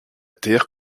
terre